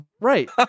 Right